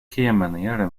kiamaniere